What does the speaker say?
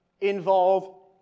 involve